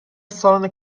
سالن